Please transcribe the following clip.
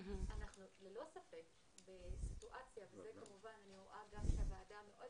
ללא ספק, אני רואה גם שהוועדה מאוד